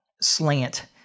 slant